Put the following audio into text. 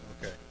Okay